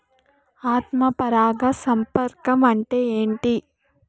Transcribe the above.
ఆత్మ పరాగ సంపర్కం అంటే ఏంటి?